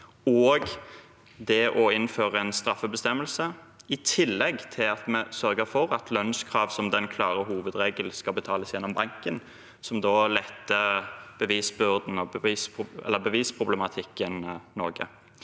og det å innføre en straffebestemmelse, i tillegg til at vi sørger for at lønnskrav som den klare hovedregel skal betales gjennom banken, som vil lette bevisproblematikken noe.